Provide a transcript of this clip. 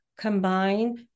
combine